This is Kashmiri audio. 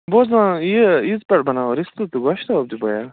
بہٕ اوسُس وَنان یہِ عیٖذ پٮ۪ٹھ بناوو رستہٕ گوشتاب تہِ بیا